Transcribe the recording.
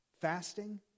fasting